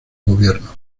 gobierno